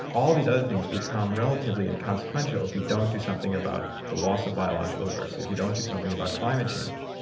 all these other things become relatively inconsequential if we don't do something about the loss of biological diversity, if we don't do something about climate change.